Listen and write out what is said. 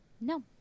No